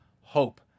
hope